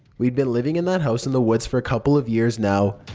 we'd been living in that house in the woods for a couple of years now,